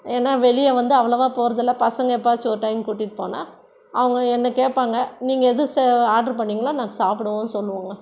ஏன்னா வெளியே வந்து அவ்வளோவா போகிறது இல்லை பசங்கள் எப்போயாச்சும் ஒரு டைம் கூட்டிட்டு போனால் அவங்க என்னை கேட்பாங்க நீங்கள் எது ச ஆர்டர் பண்ணிங்களோ நாங்கள் சாப்பிடுவோன்னு சொல்லுவோங்கள்